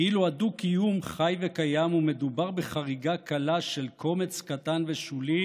כאילו הדו-קיום חי וקיים ומדובר בחריגה קלה של קומץ קטן ושולי